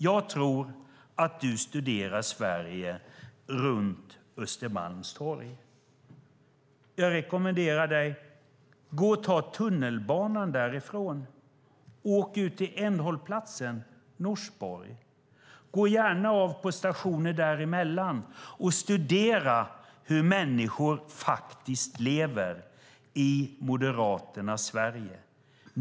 Jag tror att du studerar Sverige runt Östermalmstorg. Jag rekommenderar dig att ta tunnelbanan därifrån och åka ut till ändhållplatsen, Norsborg. Gå gärna av även på stationer däremellan och studera hur människor lever i Moderaternas Sverige!